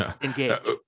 engaged